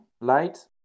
light